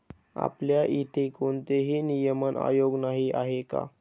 आपल्या इथे कोणतेही नियमन आयोग नाही आहे का?